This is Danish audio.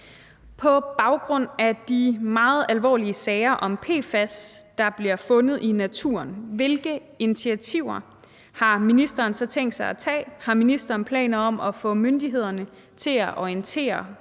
På baggrund af de meget alvorlige sager om PFAS, der bliver fundet i naturen, hvilke initiativer har ministeren så tænkt sig at tage, har ministeren planer om at få myndighederne til at orientere